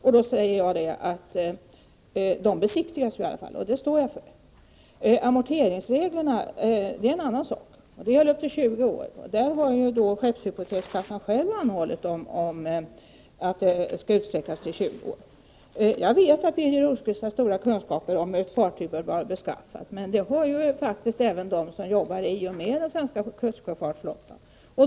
Jag vill påpeka att dessa fartyg i alla fall besiktigas. Det är någonting annat med amorteringsreglerna, som gäller fartyg som är upp till 20 år gamla. Skeppshypotekskassan har själv anhållit om att gränsen skall utsträckas till 20 år. Jag vet att Birger Rosqvist har goda kunskaper i fråga om hur ett fartyg bör vara beskaffat, men det har även de som arbetar inom den svenska kustsjöfartsflottan.